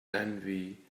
envy